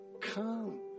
come